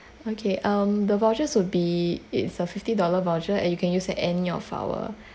okay um the vouchers would be it's a fifty dollar voucher and you can use at any of our